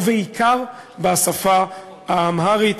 ובעיקר בשפה האמהרית,